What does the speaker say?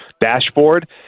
Dashboard